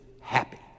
happy